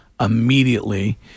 immediately